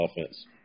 offense